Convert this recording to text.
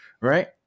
right